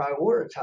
prioritize